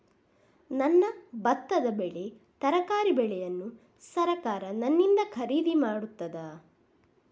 ನನ್ನ ಭತ್ತದ ಬೆಳೆ, ತರಕಾರಿ ಬೆಳೆಯನ್ನು ಸರಕಾರ ನನ್ನಿಂದ ಖರೀದಿ ಮಾಡುತ್ತದಾ?